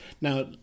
Now